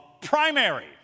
primary